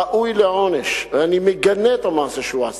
ראוי לעונש, ואני מגנה את המעשה שהוא עשה.